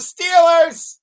Steelers